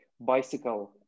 bicycle